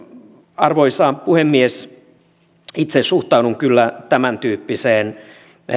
arvoisa puhemies itse suhtaudun kyllä tämäntyyppiseen